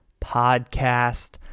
podcast